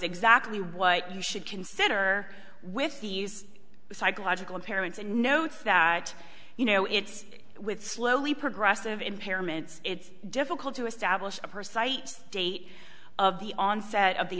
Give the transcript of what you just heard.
exactly what you should consider with these psychological impairments and notes that you know it's with slowly progressive impairments it's difficult to establish a person date of the onset of the